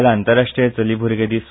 काल आंतरराष्ट्रीय चली भुरगें दीस